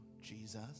Jesus